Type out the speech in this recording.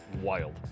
wild